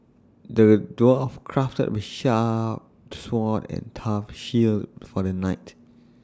the dwarf crafted A sharp sword and tough shield for the knight